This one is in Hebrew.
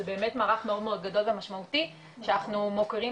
זה באמת מערך מאוד גדול ומשמעותי שאנחנו מוקירים